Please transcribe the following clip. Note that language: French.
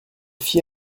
fit